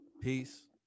Peace